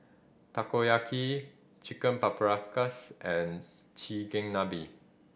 Takoyaki Chicken Paprikas and Chigenabe